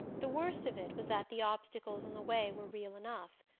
the worst of it was that the obstacles in the way were real enough.